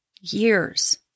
years